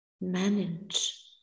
manage